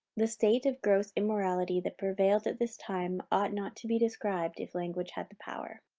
the state of gross immorality that prevailed at this time ought not to be described, if language had the power.